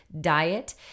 diet